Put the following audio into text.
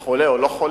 הוא חולה או לא חולה,